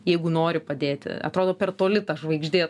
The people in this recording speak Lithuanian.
jeigu nori padėti atrodo per toli ta žvaigždė